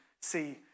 see